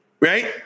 Right